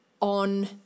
on